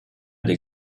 del